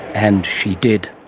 and she did.